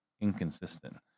inconsistent